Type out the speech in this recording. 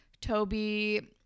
Toby